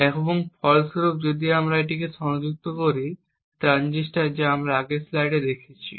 এবং ফলস্বরূপ যদি আমরা এটিকে সংযুক্ত করি ট্রানজিস্টর যা আমরা আগের স্লাইডে দেখেছি